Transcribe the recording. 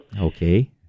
Okay